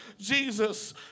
Jesus